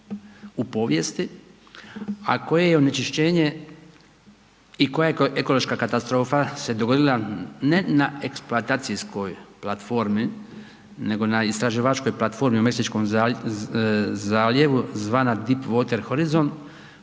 u povijesti a koje onečišćenje i koja je ekološka katastrofa se dogodila ne na eksploatacijskoj platformi, nego na istraživačkoj platformi u Meksičkom zaljevu zvana Deep Wather Horizon